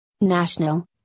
national